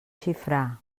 xifra